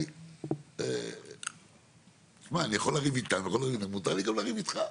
תשמע אני יכול לריב איתם מותר לי גם לריב איתך.